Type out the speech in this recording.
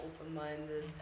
open-minded